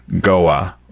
Goa